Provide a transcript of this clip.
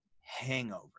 hangover